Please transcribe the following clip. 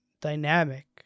dynamic